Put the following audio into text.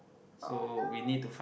oh no